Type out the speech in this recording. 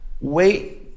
wait